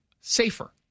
safer